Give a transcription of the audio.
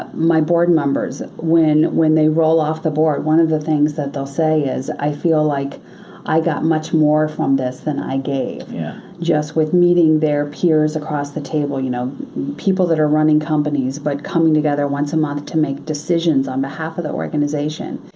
but my board members, when when they roll off the board, one of the things that they'll say is, i feel like i got much more from this than i gave yeah just with meeting their peers across the table. you know people that are running companies but coming together once a month to make decisions on behalf of the organization.